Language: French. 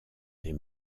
des